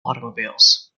automobiles